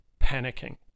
panicking